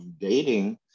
dating